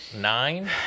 nine